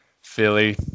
Philly